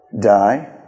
Die